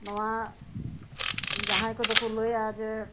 ᱱᱚᱣᱟ ᱡᱟᱦᱟᱸᱭ ᱠᱚᱫᱚ ᱠᱚ ᱞᱟᱹᱭᱟ ᱡᱮ